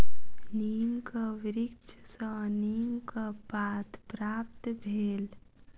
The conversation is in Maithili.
नीमक वृक्ष सॅ नीमक पात प्राप्त भेल